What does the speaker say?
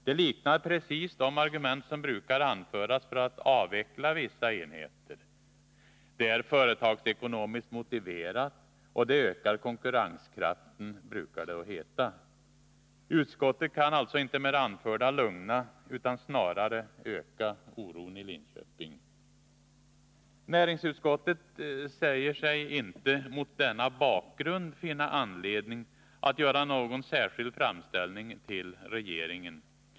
Det liknar precis de argument som brukar anföras för att avveckla vissa enheter; det är företagsekonomiskt motiverat, och det ökar konkurrenskraften, brukar det heta. Utskottet kan alltså inte med det anförda minska oron i Linköping utan bidrar snarare till att öka den. Näringsutskottet säger sig inte mot denna bakgrund finna anledning att göra någon särskild framställning till regeringen.